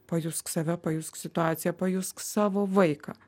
pajusk save pajusk situaciją pajusk savo vaiką